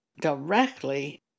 directly